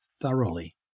thoroughly